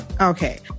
Okay